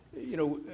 you know,